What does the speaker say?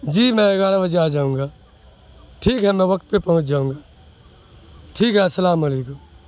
جی میں گیارہ بجے آ جاؤں گا ٹھیک ہے میں وقت پہ پہنچ جاؤں گا ٹھیک ہے السّلام علیکم